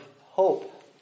hope